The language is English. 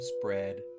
spread